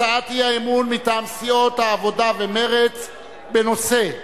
הצעת האי-אמון מטעם סיעות העבודה ומרצ בנושא: